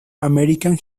american